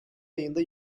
ayında